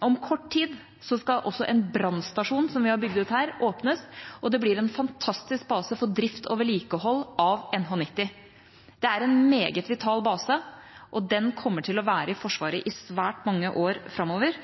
Om kort tid skal også en brannstasjon som vi har bygd ut her, åpnes, og det blir en fantastisk base for drift og vedlikehold av NH90. Det er en meget vital base, og den kommer til å være i Forsvaret i svært mange år framover.